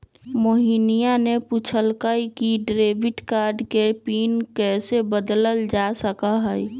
मोहिनीया ने पूछल कई कि डेबिट कार्ड के पिन कैसे बदल्ल जा सका हई?